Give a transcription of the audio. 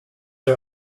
are